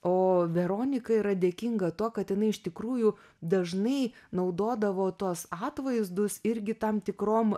o veronika yra dėkinga tuo kad jinai iš tikrųjų dažnai naudodavo tuos atvaizdus irgi tam tikrom